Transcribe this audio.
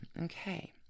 Okay